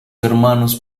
hermanos